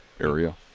area